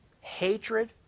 hatred